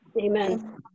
Amen